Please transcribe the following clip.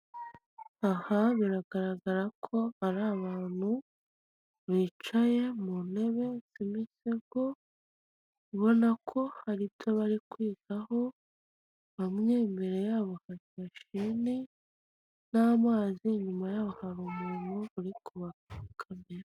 Aha biragaragara ko ari abantu bicaye mu ntebe z'imisego ubona ko hari ibyo bari kwigaho bamwe imbere yabo hari mashine n'amazi inyuma yaho hari umuntu uri kubakamera.